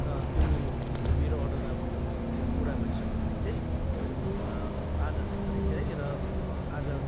र त्यो मेरो अर्डर अब पुरा भइसक्यो भने चाहिँ आजको लागि गरेक थियो है र आज